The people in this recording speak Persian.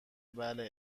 بله